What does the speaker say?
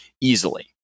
easily